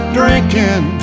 drinking